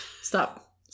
stop